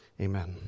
Amen